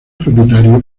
propietario